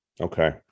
Okay